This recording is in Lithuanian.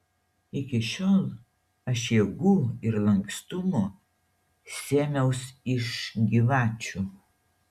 iki šiol aš jėgų ir lankstumo sėmiaus iš gyvačių